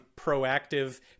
proactive